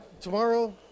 tomorrow